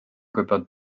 gwybod